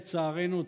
לצערנו,